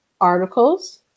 articles